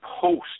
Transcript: post